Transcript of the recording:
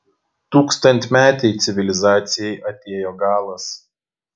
tūkstantmetei civilizacijai atėjo galas